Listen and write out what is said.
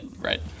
right